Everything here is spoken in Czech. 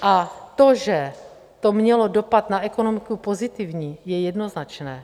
A to, že to mělo dopad na ekonomiku pozitivní, je jednoznačné.